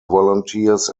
volunteers